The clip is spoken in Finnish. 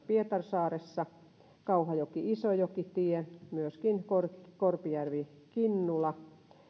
pietarsaaressa kauhajoki isojoki tie myöskin korpijärvi kinnula